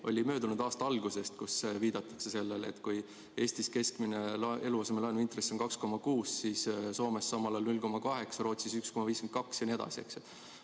oli möödunud aasta alguses, kui viidatakse sellele, et kui Eestis keskmine eluasemelaenu intress oli 2,6, siis Soomes samal ajal 0,8, Rootsis 1,52 jne. Ma